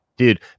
Dude